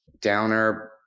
downer